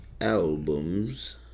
albums